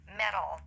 metal